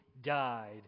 died